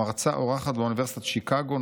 מרצה אורחת באוניברסיטאות שיקגו,